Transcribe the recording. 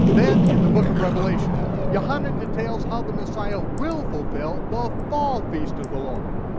then in the book of revelation, yochanan details how the messiah will fulfill the fall feast of the lord.